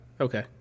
Okay